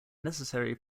necessary